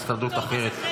הסתדרות אחרת,